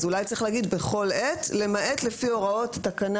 אולי צריך לומר " כל עת למעט לפי הוראות תקנה".